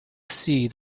see